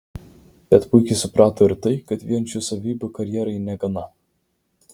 bet puikiai suprato ir tai kad vien šių savybių karjerai negana